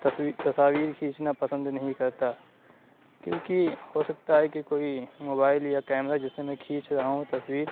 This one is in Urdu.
تصوی تصاویر کھینچنا پسند نہیں کرتا کیونکہ ہو سکتا ہے کہ کوئی موبائل یا کیمرہ جس سے میں کھینچ رہا ہوں تصویر